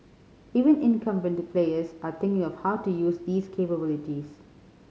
even incumbent players are thinking of how to use these capabilities